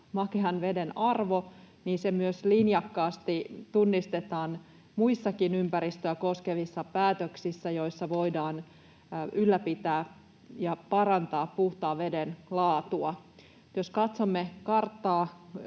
makean veden arvo, niin se linjakkaasti tunnistetaan muissakin ympäristöä koskevissa päätöksissä, joissa voidaan ylläpitää ja parantaa puhtaan veden laatua. Jos katsomme karttaa,